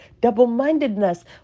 Double-mindedness